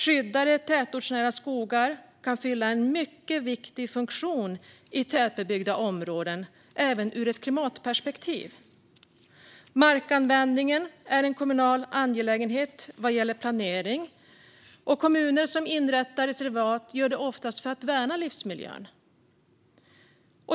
Skyddade tätortsnära skogar kan fylla en mycket viktig funktion i tätbebyggda områden, även ur ett klimatperspektiv. Markanvändning är en kommunal angelägenhet vad gäller planering. Kommuner som inrättar reservat gör det oftast för att värna livsmiljön.